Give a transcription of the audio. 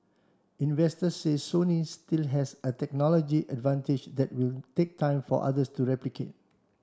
investors say Sony still has a technology advantage that will take time for others to replicate